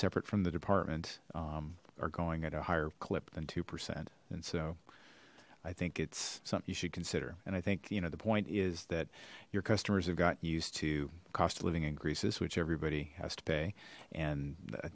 separate from the department are going at a higher clip than two percent and so i think it's something you should consider and i think you know the point is that your customers have got used to cost of living increases which everybody has to pay and i